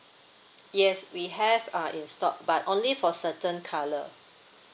yes we have uh in stock but only for certain color